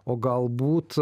o galbūt